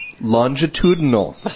Longitudinal